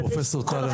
אבל פרופ' טל,